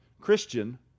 Christian